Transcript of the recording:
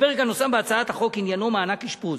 הפרק הנוסף בהצעת החוק עניינו מענק אשפוז.